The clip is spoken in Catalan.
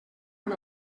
amb